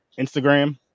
Instagram